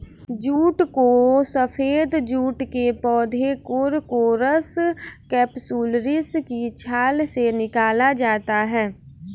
jute को सफेद jute के पौधे कोरकोरस कैप्सुलरिस की छाल से निकाला जाता है